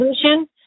solution